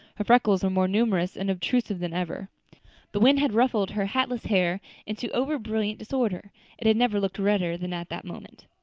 her freckles were more numerous and obtrusive than ever the wind had ruffled her hatless hair into over-brilliant disorder it had never looked redder than at that moment.